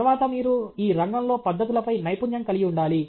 తర్వాత మీరు ఈ రంగంలో పద్దతులపై నైపుణ్యం కలిగి ఉండాలి